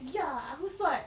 ya aku sort